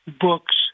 books